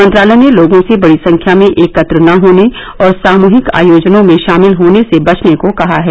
मंत्रालय ने लोगों से बड़ी संख्या में एकत्र न होने और सामूहिक आयोजनों में शामिल होने से बचने को कहा है